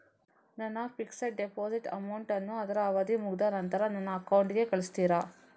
ನನ್ನ fixed deposit amount ಅನ್ನು ಅದ್ರ ಅವಧಿ ಮುಗ್ದ ನಂತ್ರ ನನ್ನ ಅಕೌಂಟ್ ಗೆ ಕಳಿಸ್ತೀರಾ?